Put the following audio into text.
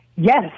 Yes